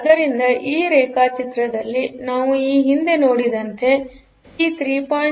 ಆದ್ದರಿಂದ ಈ ರೇಖಾಚಿತ್ರದಲ್ಲಿ ನಾವು ಈ ಹಿಂದೆ ನೋಡಿದಂತೆ ಪಿ 3